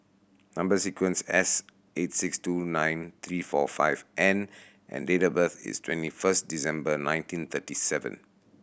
number sequence S eight six two nine three four five N and date of birth is twenty first December nineteen thirty seven